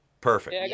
Perfect